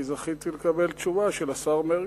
כי זכיתי לקבל תשובה של השר מרגי.